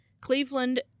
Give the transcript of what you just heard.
Cleveland